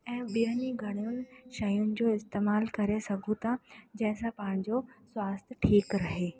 ऐं ॿियनि ई घणनि ई शयुनि जो इस्तेमालु करे सघूं था जंहिंसां पंहिंजो स्वास्थ्य ठीकु रहे